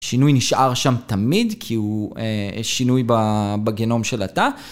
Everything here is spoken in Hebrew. השינוי נשאר שם תמיד, כי הוא שינוי בגנום של התא.